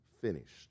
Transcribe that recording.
finished